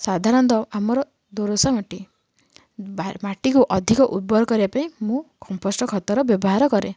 ସାଧାରଣତଃ ଆମର ଦୋରସା ମାଟି ମାଟିକୁ ଅଧିକ ଉର୍ବର କରିବା ପାଇଁ ମୁଁ କମ୍ପୋଷ୍ଟ ଖତର ବ୍ୟବହାର କରେ